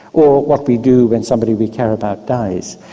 or what we do when somebody we care about dies.